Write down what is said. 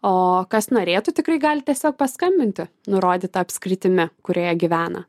o kas norėtų tikrai gali tiesiog paskambinti nurodyta apskritimi kurioje gyvena